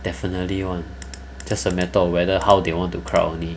definitely [one] just a matter of whether how they want to crowd only